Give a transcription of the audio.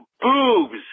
boobs